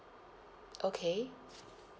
okay